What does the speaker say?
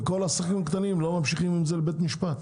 וכל העסקים הקטנים לא ממשיכים עם זה לבית משפט.